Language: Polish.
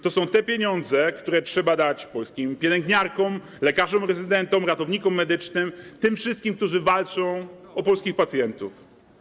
To są te pieniądze, które trzeba dać polskim pielęgniarkom, lekarzom rezydentom, ratownikom medycznym, tym wszystkim, którzy walczą o polskich pacjentów.